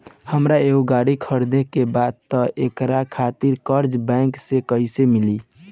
हमरा एगो गाड़ी खरीदे के बा त एकरा खातिर कर्जा बैंक से कईसे मिली?